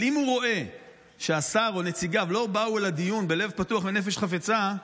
אבל אם הוא רואה שהשר או נציגיו לא באו לדיון בלב פתוח ונפש חפצה,